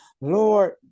Lord